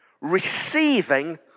receiving